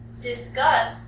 discuss